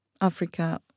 Africa